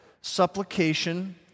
supplication